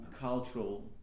cultural